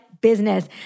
business